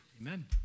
Amen